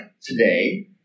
today